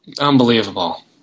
unbelievable